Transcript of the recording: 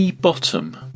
Bottom